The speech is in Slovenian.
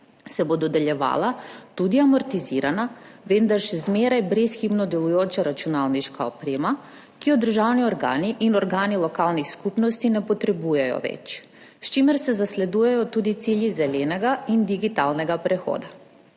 se bo dodeljevala tudi amortizirana, vendar še zmeraj brezhibno delujoča računalniška oprema, ki je državni organi in organi lokalnih skupnosti ne potrebujejo več, s čimer se zasledujejo tudi cilji zelenega in digitalnega prehoda.